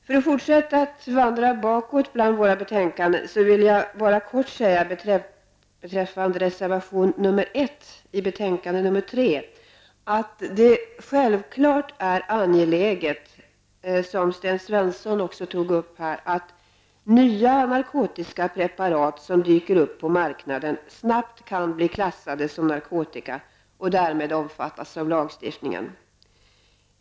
För att fortsätta vandra bakåt bland våra betänkanden vill jag bara kort säga beträffande reservation nr 1 i betänkande SoU3 att det självfallet är angeläget, som Sten Svensson också sade här, att nya narkotiska preparat som dyker upp på marknaden snabbt kan bli klassade som narkotika och därmed omfattas av lagstiftningen.